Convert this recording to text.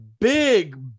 big